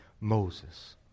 Moses